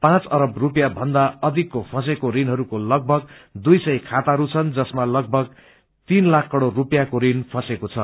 पाँच अरब स्पियाँ भन्दा अधिकको फँसेचो ऋणहसके तगथग दुई सय खाताहरू छन् जसमा तगथग तीन लाख करोड स्पियाँको ऋण फँसेको छ